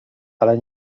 ale